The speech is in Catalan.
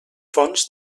fonts